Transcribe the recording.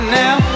now